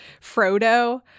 Frodo